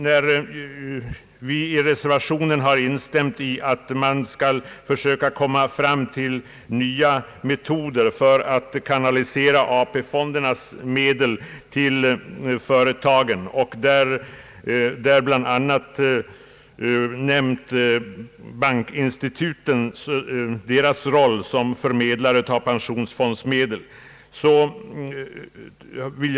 När vi i reservationen instämt i att man skall försöka få fram nya metoder för att kanalisera AP-fondernas medel till företagen, har vi bl.a. nämnt bankinstitutens roll som förmedlare av pensionfondsmedel.